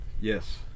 Yes